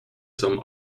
some